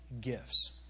gifts